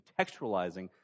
contextualizing